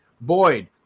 Boyd